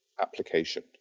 application